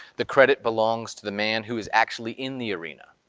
the credit belongs to the man who is actually in the arena,